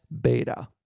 beta